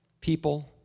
people